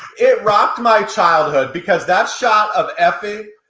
it rocked my childhood because that's shot of effie,